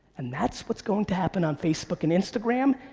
and that's what's going to happen on facebook and instagram,